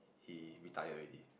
he retired already